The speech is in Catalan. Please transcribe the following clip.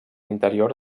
interior